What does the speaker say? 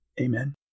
Amen